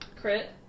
Crit